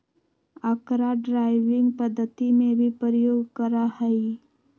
अकरा ड्राइविंग पद्धति में भी प्रयोग करा हई